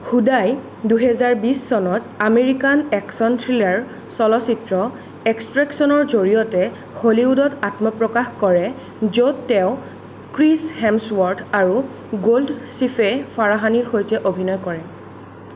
হুডাই দুইহেজাৰ বিশ চনত আমেৰিকান একচন থ্ৰিলাৰ চলচ্চিত্ৰ এক্সট্ৰেক্সনৰ জৰিয়তে হলিউডত আত্মপ্ৰকাশ কৰে য'ত তেওঁ ক্ৰিছ হেমছৱৰ্থ আৰু গোল্ডশ্বিফেহ ফাৰাহানীৰ সৈতে অভিনয় কৰে